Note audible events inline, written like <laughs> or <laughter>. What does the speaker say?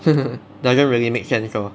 <laughs> doesn't really make sense lor